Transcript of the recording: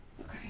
Okay